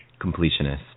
completionist